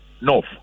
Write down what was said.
north